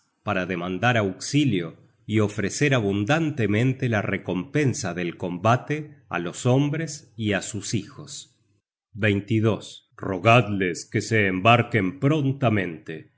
para demandar auxilio y ofrecer abundantemente la recompensa del combate á los hombres y á sus hijos rogadles que se embarquen prontamente